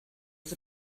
was